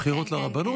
דחיית הבחירות לרבנות.